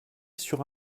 sur